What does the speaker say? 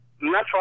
natural